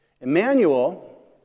Emmanuel